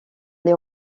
les